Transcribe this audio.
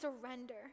surrender